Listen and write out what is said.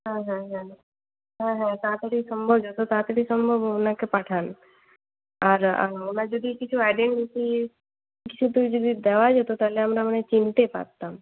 হ্যাঁ হ্যাঁ হ্যাঁ হ্যাঁ হ্যাঁ তাড়াতাড়ি সম্ভব যত তাড়াতাড়ি সম্ভব ওনাকে পাঠান আর ওনার যদি কিছু আইডেন্টিটি কিছু যদি দেওয়া যেত তাহলে আমরা মানে চিনতে পারতাম